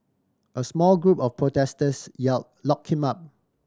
a small group of protesters yell lock him up